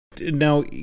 Now